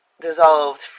dissolved